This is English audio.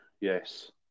yes